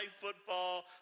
football